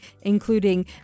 including